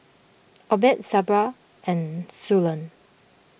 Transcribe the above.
Obed Sabra and Suellen